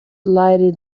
lighted